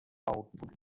output